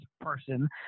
person